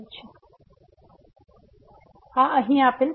તેથી આ અહીં આપેલ સંદર્ભો છે જે આપણે ઉપયોગ માં લીધા છે